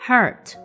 Hurt